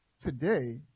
Today